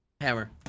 Hammer